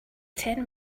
ten